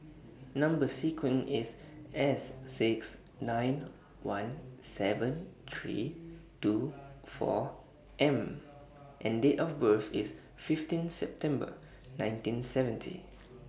Number sequence IS S six nine one seven three two four M and Date of birth IS fifteen September nineteen seventy